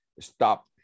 stop